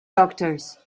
doctors